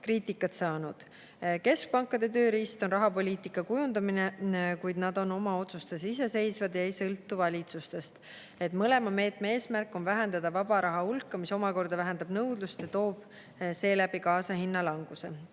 kriitikat saanud. Keskpankade tööriist on rahapoliitika kujundamine, kuid nad on oma otsustes iseseisvad ega sõltu valitsustest. Mõlema meetme eesmärk on vähendada vaba raha hulka, mis omakorda vähendab nõudlust ja toob seeläbi kaasa hinnalanguse.